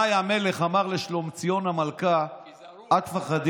ינאי המלך אמר לשלומציון המלכה: אל תפחדי